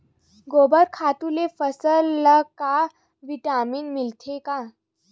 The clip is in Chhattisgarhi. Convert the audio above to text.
गोबर खातु ले फसल ल का विटामिन मिलथे का?